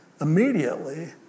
immediately